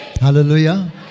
Hallelujah